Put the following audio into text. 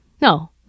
No